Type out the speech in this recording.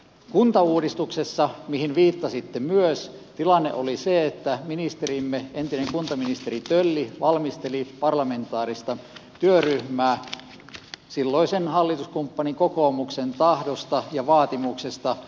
kuntauudistuksessa mihin viittasitte myös tilanne oli se että ministerimme entinen kuntaministeri tölli valmisteli parlamentaarista työryhmää silloisen hallituskumppanin kokoomuksen tahdosta ja vaatimuksesta